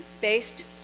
based